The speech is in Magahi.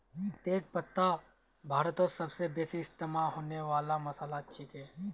तेज पत्ता भारतत सबस बेसी इस्तमा होने वाला मसालात छिके